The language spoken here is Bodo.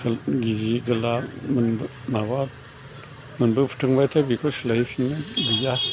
गिजि गोला मोनबो माबा मोनबो दोंबाथाय बेखौ सोलायहोफिना गैया